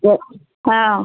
तो हाँ